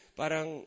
parang